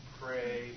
pray